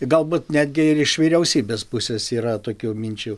galbūt netgi ir iš vyriausybės pusės yra tokių minčių